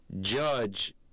Judge